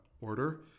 order